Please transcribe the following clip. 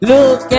Look